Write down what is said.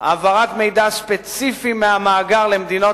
העברת מידע ספציפי מהמאגר למדינות